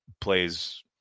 plays